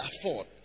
afford